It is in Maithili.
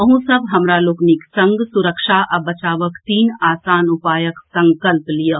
अहूँ सभ हमरा लोकनिक संग सुरक्षा आ बचावक तीन आसान उपायक संकल्प लियऽ